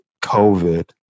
COVID